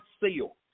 seal